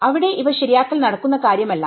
അവിടെ ഇവ ശരിയാക്കൽ നടക്കുന്ന കാര്യമല്ല